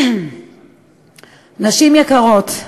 נשים יקרות,